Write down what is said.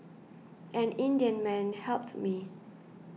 an Indian man helped me